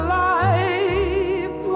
life